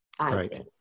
Right